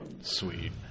Sweet